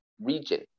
region